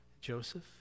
Joseph